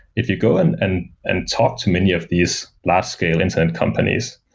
if you go and and and talk to many of these last scale intern companies,